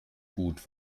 gut